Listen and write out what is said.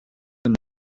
and